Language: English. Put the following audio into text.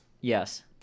Yes